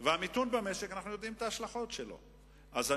שההשלכות שלו ידועות.